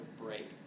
break